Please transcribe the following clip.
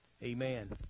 Amen